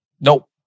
Nope